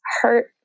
hurt